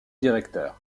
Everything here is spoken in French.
directeur